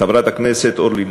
חברת הכנסת אורלי לוי,